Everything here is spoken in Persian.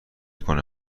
کنه